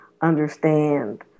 understand